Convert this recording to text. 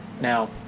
Now